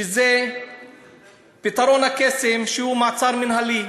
שזה פתרון הקסם, מעצר מינהלי.